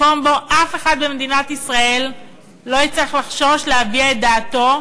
מקום שבו אף אחד במדינת ישראל לא יצטרך לחשוש להביע את דעתו,